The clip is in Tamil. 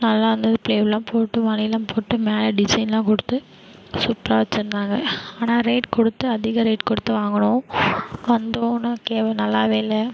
நல்லாயிருந்தது ப்ளைவுட்லாம் போட்டு எல்லாம் போட்டு மேலே டிசைன்லாம் கொடுத்து சூப்பராக வெச்சுருந்தாங்க ஆனால் ரேட் கொடுத்து அதிக ரேட் கொடுத்து வாங்கினோம் வந்தோடன நல்லா இல்லை